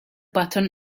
button